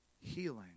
healing